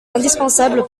indispensable